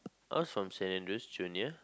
I was from Saint-Andrew's-Junior